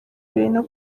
ibintu